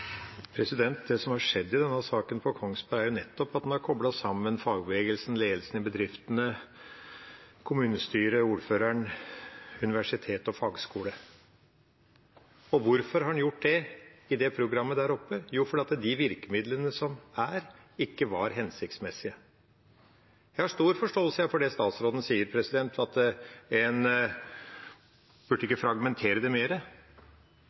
Det som har skjedd i denne saken på Kongsberg, er jo nettopp at en har koblet sammen fagbevegelsen, ledelsen i bedriftene, kommunestyret, ordføreren, universitet og fagskole. Og hvorfor har en gjort det i det programmet der oppe? Jo, fordi de virkemidlene som er, ikke var hensiktsmessige. Jeg har stor forståelse for det statsråden sier, at en ikke burde fragmentere det